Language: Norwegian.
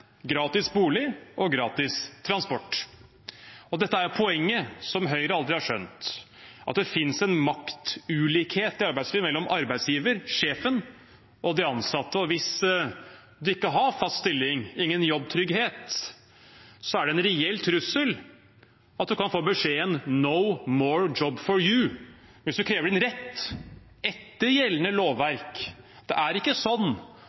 gratis bolig og gratis transport. Dette er poenget som Høyre aldri har skjønt, at det finnes en maktulikhet i arbeidslivet mellom arbeidsgiver – sjefen – og de ansatte, og hvis man ikke har fast stilling, ingen jobbtrygghet, er det en reell trussel at man kan få beskjeden: «no more job for you», hvis man krever sin rett etter gjeldende lovverk. Det er ikke sånn